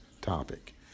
topic